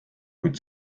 kuid